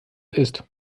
ist